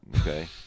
Okay